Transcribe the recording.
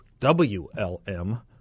WLM